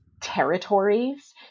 territories